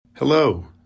Hello